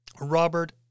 Robert